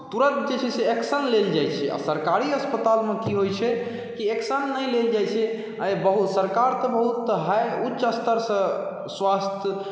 तुरन्त जे छै से एक्शन लेल जाइत छै आ सरकारी अस्पतालमे की होइत छै कि एक्शन नहि लेल जाइत छै आ ई सरकार तऽ बहुत हाइ उच्च स्तरसँ स्वास्थ्य